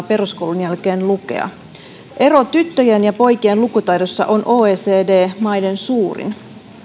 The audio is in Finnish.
peruskoulun jälkeen kunnolla lukea ero tyttöjen ja poikien lukutaidossa on oecd maiden suurin